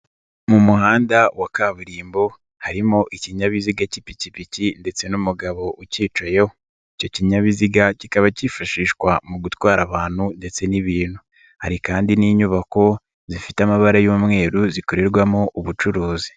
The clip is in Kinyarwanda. Mu muhanda wa kaburimbo harimo ikinyabiziga k'ipikipiki ndetse n'umugabo ukicayeho, icyo kinyabiziga kikaba kifashishwa mu gutwara abantu ndetse n'ibintu hari kandi n'inyubako zifite amabara y'umweru zikorerwamo ubucuruzi.